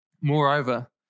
Moreover